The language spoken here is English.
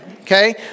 okay